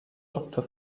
doktor